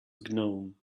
gnome